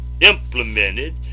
implemented